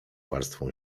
warstwą